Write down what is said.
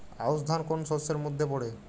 আউশ ধান কোন শস্যের মধ্যে পড়ে?